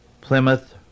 Plymouth